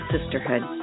Sisterhood